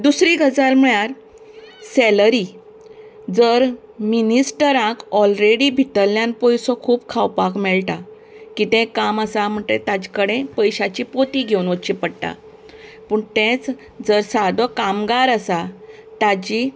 दुसरी गजाल म्हळ्यार सॅलरी जर मिनीस्टरांक ऑलरेडी भितरल्यान पयसो खूब खावपाक मेळटा कितें काम आसा म्हणटगीर ताचे कडेन पयश्यांची पोती घेवन वचची पडटा पूण तेच जर सादो कामगार आसा ताची